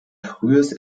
frühes